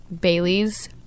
baileys